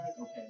okay